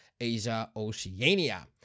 Asia-Oceania